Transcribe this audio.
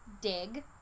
dig